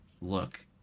look